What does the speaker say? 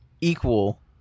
equal